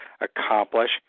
accomplish